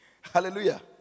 Hallelujah